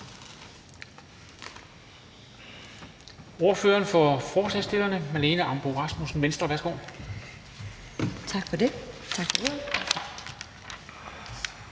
Ordføreren for forslagsstillerne, Marlene Ambo-Rasmussen, Venstre, værsgo. Kl.